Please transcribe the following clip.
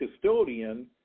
custodian